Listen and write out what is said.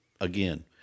again